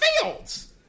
Fields